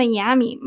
Miami